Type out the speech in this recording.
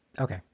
Okay